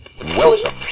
Welcome